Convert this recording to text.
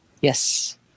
yes